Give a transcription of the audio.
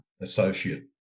Associate